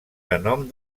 renom